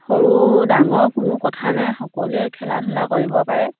সৰু ডাঙৰ কোনো কথা নাই সকলোৱে খেলা ধূলা কৰিব পাৰে